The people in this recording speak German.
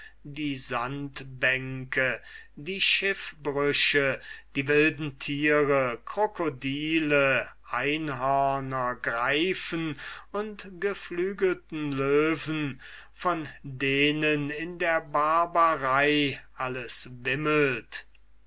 die sandbänke die schiffbrüche die wilden tiere krokodile einhörner greifen und geflügelte löwen von denen in der barbarei alles wimmelt